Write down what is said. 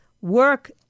work